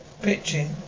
Pitching